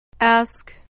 Ask